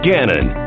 Gannon